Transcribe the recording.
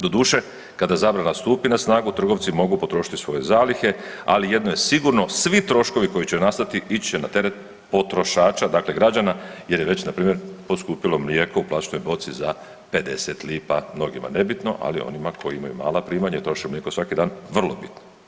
Doduše, kada zabrana stupi na snagu trgovci mogu potrošiti svoje zalihe, ali jedno je sigurno, svi troškovi koji će nastati ići će na teret potrošača, dakle građana jer je već npr. poskupilo mlijeko u plastičnoj boci za 50 lipa, mnogima nebitno, ali onima koji imaju mala primanja i troše mlijeko svaki dan, vrlo bitno.